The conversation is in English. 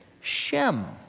Shem